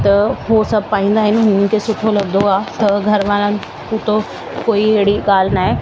त हो सभु पाईन्दा आहिनि हुननि खे सुठो लॻंदो आहे त घरवारनि हू त कोई अहिड़ी ॻाल्हि नाहे